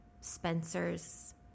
Spencer's